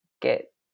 get